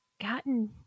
gotten